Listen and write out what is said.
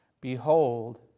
behold